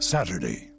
Saturday